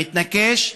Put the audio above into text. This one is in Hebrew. המתנקש,